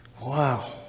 Wow